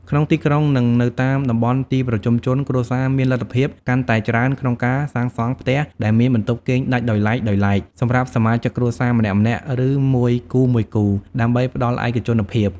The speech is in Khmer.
ក្នុងទីក្រុង និងនៅតាមតំបន់ទីប្រជុំជន គ្រួសារមានលទ្ធភាពកាន់តែច្រើនក្នុងការសាងសង់ផ្ទះដែលមាន បន្ទប់គេងដាច់ដោយឡែកៗ សម្រាប់សមាជិកគ្រួសារម្នាក់ៗ ឬមួយគូៗ ដើម្បីផ្តល់ឯកជនភាព។។